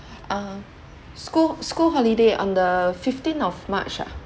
uh school school holiday on the fifteen of march ah